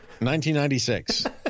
1996